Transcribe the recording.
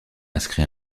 inscrit